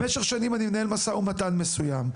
במשך שנים אני מנהל משא ומתן מסוים,